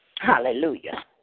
Hallelujah